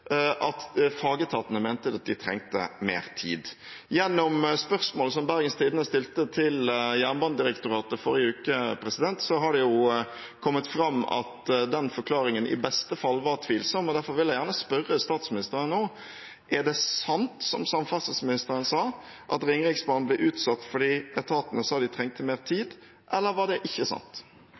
at fagetatene mente de trengte mer tid. Gjennom spørsmål som Bergens Tidende stilte til Jernbanedirektoratet forrige uke, har det kommet fram at den forklaringen i beste fall var tvilsom. Derfor vil jeg gjerne spørre statsministeren nå: Er det sant, som samferdselsministeren sa, at Ringeriksbanen ble utsatt fordi etatene sa de trengte mer tid, eller er det ikke sant?